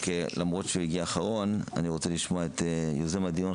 למרות שהוא הגיע אחרון אני רוצה לשמוע את יוזם הדיון,